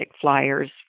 flyers